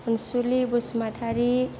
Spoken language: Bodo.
अनसुलि बसुमतारि